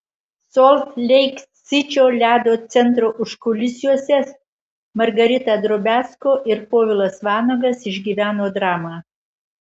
solt leik sičio ledo centro užkulisiuose margarita drobiazko ir povilas vanagas išgyveno dramą